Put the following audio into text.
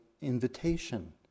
invitation